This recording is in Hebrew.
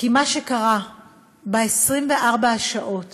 כי מה שקרה ב-24 השעות